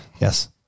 Yes